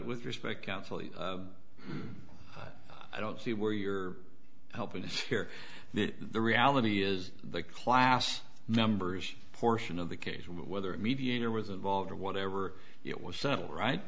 with respect counsel i don't see where you're helping to hear that the reality is the class numbers portion of the case whether a mediator was involved or whatever it was settled right